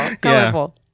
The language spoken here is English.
Colorful